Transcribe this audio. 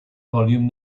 volume